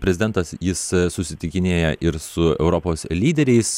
prezidentas jis susitikinėja ir su europos lyderiais